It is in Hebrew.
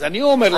אז אני אומר לך,